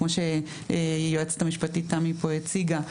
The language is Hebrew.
כמו שהיועצת המשפטית תמי פה הציגה,